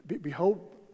Behold